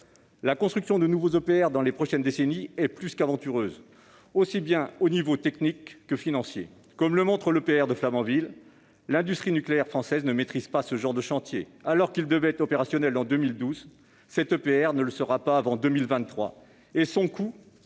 La construction de nouveaux EPR dans les prochaines décennies est plus qu'aventureuse, au niveau technique aussi bien que financier. Comme le montre l'EPR de Flamanville, l'industrie nucléaire française ne maîtrise pas ce genre de chantiers. Alors qu'il devait être opérationnel en 2012, cet EPR ne le sera pas avant 2023. Et son coût a